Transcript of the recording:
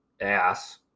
ass